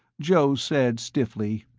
joe said, stiffly,